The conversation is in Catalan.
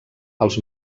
els